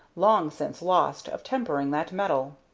long since lost, of tempering that metal.